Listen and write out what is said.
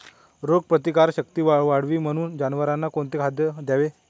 रोगप्रतिकारक शक्ती वाढावी म्हणून जनावरांना कोणते खाद्य द्यावे?